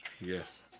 yes